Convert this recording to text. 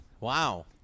Wow